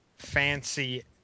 fancy